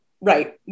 right